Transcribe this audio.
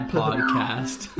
podcast